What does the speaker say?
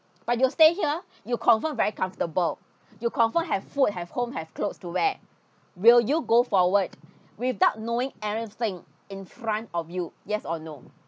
but you stay here you confirm very comfortable you confirm have food have home have clothes to wear will you go forward without knowing anything in front of you yes or no